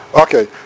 okay